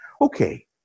Okay